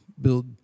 build